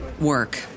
work